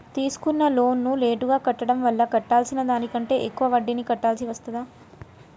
తీసుకున్న లోనును లేటుగా కట్టడం వల్ల కట్టాల్సిన దానికంటే ఎక్కువ వడ్డీని కట్టాల్సి వస్తదా?